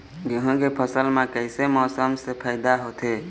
गेहूं के फसल म कइसे मौसम से फायदा होथे?